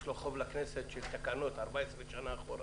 יש לו חוב לכנסת של תקנות 14 שנה אחורה.